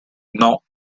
non